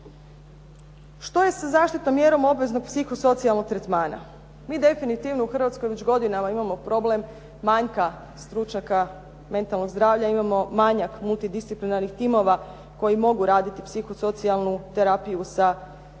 Što je sa zaštitnom mjerom obveznog psihosocijalnog tretmana? Mi definitivno u Hrvatskoj već godinama imamo problem manjka stručnjaka mentalnog zdravlja, imamo manjak multidisciplinarnih timova, koji mogu radi psihosocijalnu terapiju sa problematičnim